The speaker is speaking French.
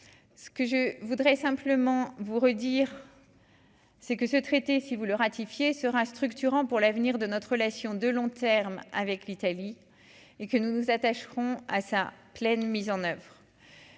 ce que je voudrais simplement vous redire, c'est que ce traité, si vous le ratifier sera structurant pour l'avenir de notre relation de long terme avec l'Italie et que nous nous attacherons à sa pleine mise en oeuvre.